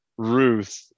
ruth